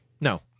No